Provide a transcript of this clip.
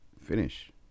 finish